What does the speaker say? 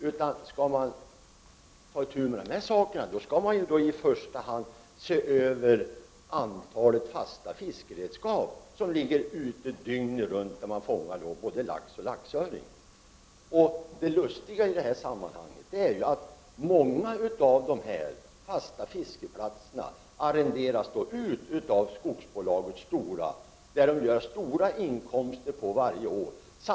I första hand gäller det i stället att se över antalet fasta fiskeredskap med vilka både lax och laxöring dygnet runt fångas. Det lustiga i detta sammanhang är att många av de fasta fiskeplatserna arrenderas ut av skogsbolaget Stora Kopparberg, som på det sättet får stora inkomster varje år.